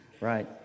Right